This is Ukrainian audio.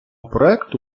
проекту